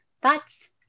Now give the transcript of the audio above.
thoughts